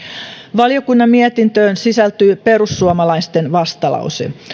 valiokunnan mietintöön sisältyy perussuomalaisten vastalause